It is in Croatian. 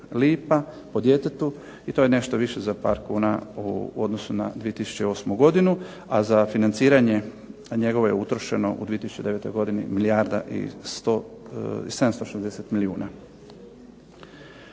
lipa po djetetu i to je nešto više za par kuna u odnosu na 2008. godinu, a za financiranje njegovo je utrošeno u 2009. godini milijarda